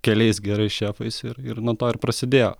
keliais gerais šefais ir ir nuo to ir prasidėjo